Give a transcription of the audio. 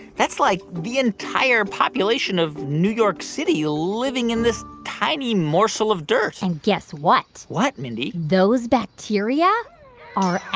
that's like the entire population of new york city living in this tiny morsel of dirt and guess what? what, mindy? those bacteria are